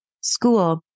school